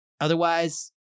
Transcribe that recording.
Otherwise